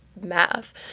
math